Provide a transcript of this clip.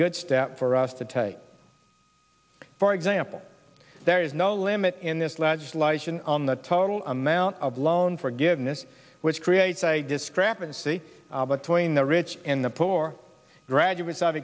good step for us to take for example there is no limit in this legislation on the total amount of loan forgiveness which creates a discrepancy between the rich and the poor graduates of